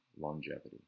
longevity